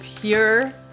pure